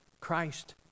Christ